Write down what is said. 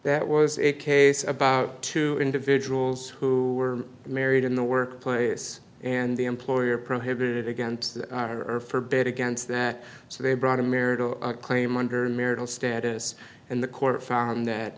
that was a case about two individuals who were married in the workplace and the employer prohibited against her for bet against that so they brought a marital claim under marital status and the court found that